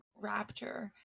rapture